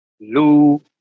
Lou